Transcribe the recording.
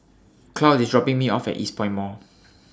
Claude IS dropping Me off At Eastpoint Mall